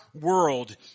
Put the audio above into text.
world